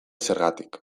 zergatik